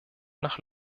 nach